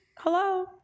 hello